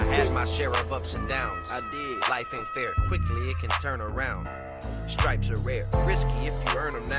my share of ups and downs life ain't fair quickly you can turn around stripes are rare risky if vernon